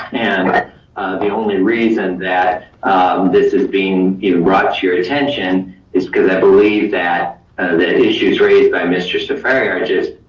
and the only reason that this is being even brought to your attention is cause i believe that that issues raised by mr. ciferri ah just